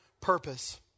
purpose